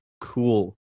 cool